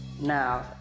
Now